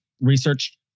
research